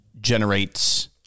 generates